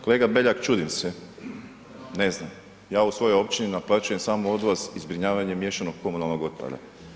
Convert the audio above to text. Kolega Beljak, čudim se, ne znam, ja u svojoj općini naplaćujem samo odvoz i zbrinjavanje miješanog komunalnog otpada.